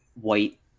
White